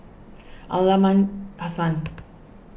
Aliman Hassan